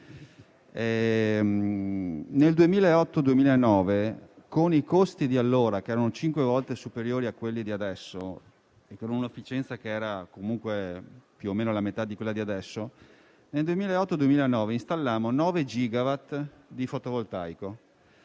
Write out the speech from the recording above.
2008-2009, con i costi di allora, che erano cinque volte superiori a quelli di adesso e con una efficienza che era comunque più o meno la metà di quella attuale, installammo 9 *gigawatt* di fotovoltaico.